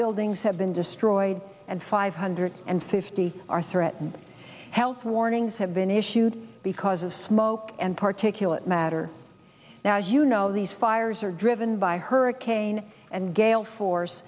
buildings have been destroyed and five hundred and fifty are threatened health warnings have been issued because of smoke and particulates matter now you know these fires are driven by hurricane and gale force